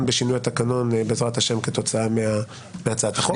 בשינוי התקנון בעזרת השם כתוצאה מהצעת החוק.